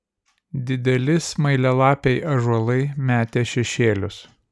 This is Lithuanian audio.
dideli smailialapiai ąžuolai metė šešėlius